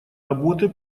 работы